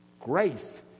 Grace